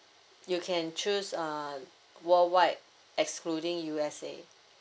you can choose uh worldwide excluding USA